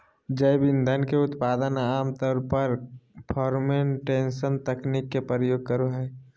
जैव ईंधन के उत्पादन आम तौर पर फ़र्मेंटेशन तकनीक के प्रयोग करो हइ